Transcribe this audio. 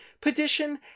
petition